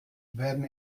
werden